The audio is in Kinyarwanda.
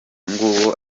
nguwo